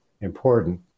important